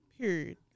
Period